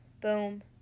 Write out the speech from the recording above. boom